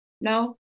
No